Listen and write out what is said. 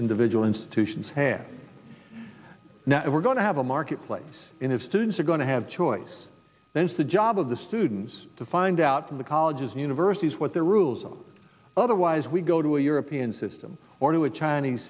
individual institutions have now we're going to have a marketplace in of students are going to have choice then it's the job of the students to find out in the colleges and universities what their rules are otherwise we go to a european system or to a chinese